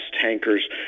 tankers